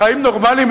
חיים נורמליים,